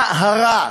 מה רע?